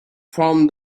from